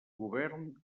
govern